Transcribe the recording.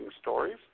stories